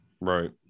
Right